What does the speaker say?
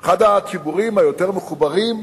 אחד הציבורים היותר-מחוברים,